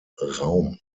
raum